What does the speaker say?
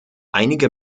einige